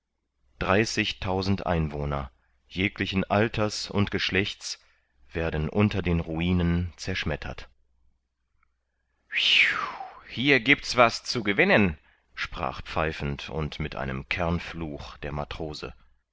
dreißigtausend einwohner jeglichen alters und geschlechts werden unter den ruinen zerschmettert hier giebt's was zu gewinnen sprach pfeifend und mit einem kernfluch der matrose